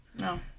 no